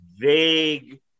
vague